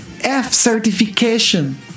F-certification